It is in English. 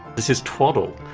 this is twaddle.